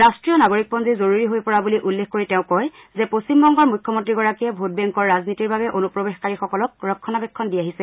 ৰাট্টীয় নাগৰিক পঞ্জী জৰুৰী হৈ পৰা বুলি উল্লেখ কৰি তেওঁ কয় যে পশ্চিমবংগৰ মুখ্যমন্ত্ৰীগৰাকীয়ে ভোট বেংকৰ ৰাজনীতিৰ বাবে অনুপ্ৰৰেশকাৰীসকলক ৰক্ষণাবেক্ষণ দি আহিছে